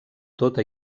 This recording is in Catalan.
tota